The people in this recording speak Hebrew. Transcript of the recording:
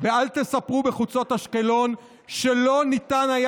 ואל תספרו בחוצות אשקלון שלא ניתן היה